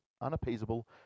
unappeasable